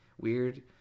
weird